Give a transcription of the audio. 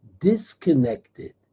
disconnected